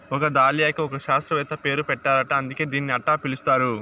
ఈ దాలియాకి ఒక శాస్త్రవేత్త పేరు పెట్టారట అందుకే దీన్ని అట్టా పిలుస్తారు